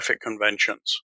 Conventions